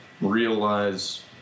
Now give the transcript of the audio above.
realize